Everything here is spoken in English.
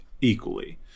equally